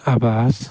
ꯑꯕꯥꯁ